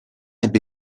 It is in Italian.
ebbe